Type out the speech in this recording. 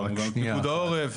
הכשרנו גם בפיקוד עורף,